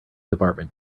department